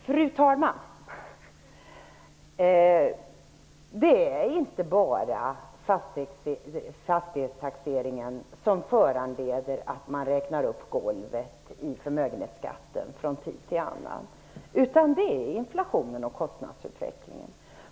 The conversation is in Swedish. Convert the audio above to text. Fru talman! Det är inte bara fastighetstaxeringen som föranleder att man räknar upp golvet i förmögenhetsskatten från tid till annan. Det är inflationen och kostnadsutvecklingen.